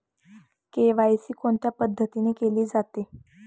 KYC कोणत्या पद्धतीने केले जाते?